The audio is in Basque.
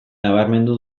nabarmendu